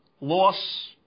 loss